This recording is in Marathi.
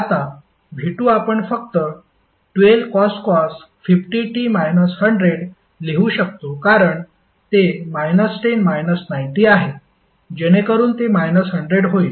आता V2 आपण फक्त 12cos लिहू शकतो कारण ते 10 90 आहे जेणेकरून ते 100 होईल